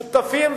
שותפים,